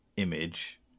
image